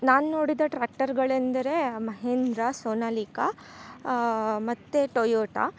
ನಾನು ನೋಡಿದ ಟ್ರಾಕ್ಟರ್ಗಳೆಂದರೆ ಮಹೇಂದ್ರ ಸೋನಾಲಿಕ ಮತ್ತು ಟೊಯೋಟ